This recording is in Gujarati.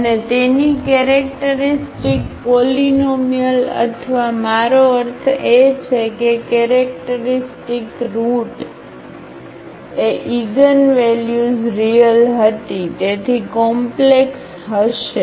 અને તેની કેરેક્ટરિસ્ટિક પોલીનોમિઅલ અથવા મારો અર્થ એ છે કે કેરેક્ટરિસ્ટિક રુટ એ ઇગનવેલ્યુઝ રીયલ હતી તેથી કોમ્પ્લેક્સ હશે